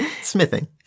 Smithing